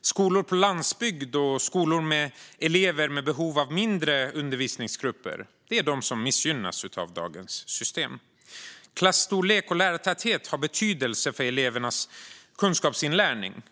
Skolor på landsbygd och skolor med elever med behov av mindre undervisningsgrupper är de som missgynnas av dagens system. Klassstorlek och lärartäthet har betydelse för elevernas kunskapsinlärning.